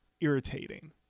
irritating